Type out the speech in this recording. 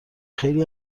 خیلی